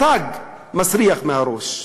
התג מסריח מהראש.